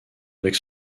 avec